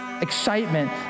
excitement